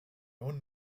own